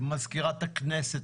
מזכירת הכנסת,